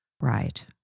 Right